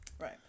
Right